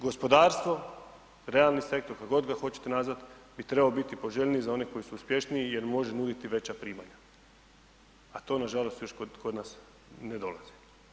Gospodarstvo, realni sektor, kako god ga hoćete nazvati bi trebao biti poželjniji za one koji su uspješniji jer može nuditi veća primanja a to nažalost još kod nas ne dolazi.